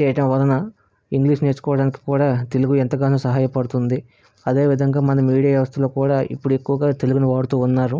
చేయటం వలన ఇంగ్లీషు నేర్చుకోటానికి కూడా తెలుగు ఎంతగానో సహాయపడుతుంది అదేవిధంగా మనం మీడియా వ్యవస్థలో కూడా ఇపుడు ఎక్కువగా తెలుగుని వాడుతు ఉన్నారు